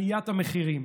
עליית המחירים,